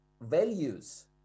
values